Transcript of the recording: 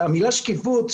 המילה שקיפות,